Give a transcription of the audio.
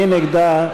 מי נגדה?